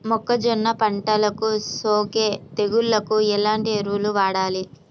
మొక్కజొన్న పంటలకు సోకే తెగుళ్లకు ఎలాంటి ఎరువులు వాడాలి?